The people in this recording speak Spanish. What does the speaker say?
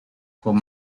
con